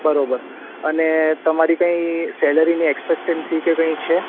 બરાબર અને તમારી કંઈ સેલરીની એક્સપેન્ટસી કે કંઈ છે